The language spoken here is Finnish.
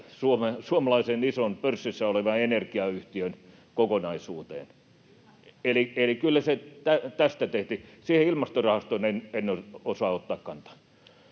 suomalaisen, ison pörssissä olevan energiayhtiön kokonaisuuteen, [Lulu Ranne: Ilmastorahasto!] eli kyllä se tästä tehtiin. — Siihen Ilmastorahastoon en osaa ottaa kantaa.